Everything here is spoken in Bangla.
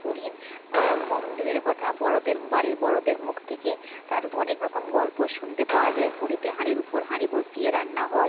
পুরীর মন্দিরের কথা বড়দের বাড়ির বড়দের মুখ থেকে তার অনেক রকম গল্প শুনতে পাওয়া যায় পুরীতে হাঁড়ির উপর হাঁড়ি বসিয়ে রান্না হয়